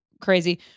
crazy